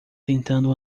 tentando